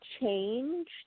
change